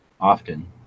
often